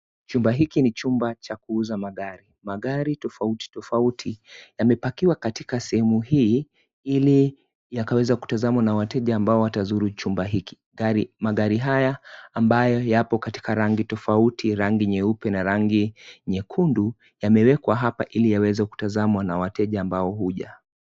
Chumba hiki ni chumba cha kuuza magari. Magari tofauti tofauti yamepakiwa katika sehemu hii ili yakaweza kutazamwa na wateja ambao watazuru chumba hiki. Magari haya ambayo yapo katika rangi tofauti, rangi nyeupe na rangi nyekundu yamewekwa hapa ili yaweza kutazamwa na wateja ambao huja.